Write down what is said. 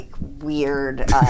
weird